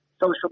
social